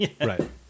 Right